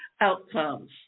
outcomes